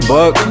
Buck